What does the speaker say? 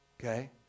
Okay